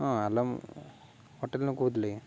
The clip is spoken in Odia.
ହଁ ହ୍ୟାଲୋ ହୋଟେଲରୁୁ କହୁଥିଲି